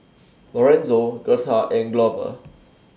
Lorenzo Gertha and Glover